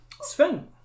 Sven